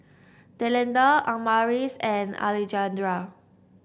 Delinda Amaris and Alejandra